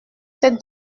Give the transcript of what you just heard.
cette